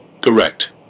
Correct